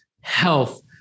health